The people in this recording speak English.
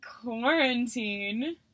Quarantine